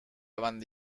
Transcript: banda